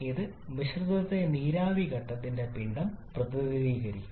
ഇത് മിശ്രിതത്തിലെ നീരാവി ഘട്ടത്തിന്റെ പിണ്ഡം പ്രതിനിധീകരിക്കുന്നു